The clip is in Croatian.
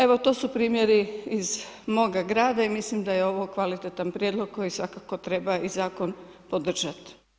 Evo to su primjeri iz moga grada i mislim da je ovo kvalitetan prijedlog koji svakako treba i zakon podržat.